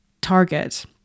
target